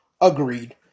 Agreed